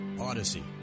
odyssey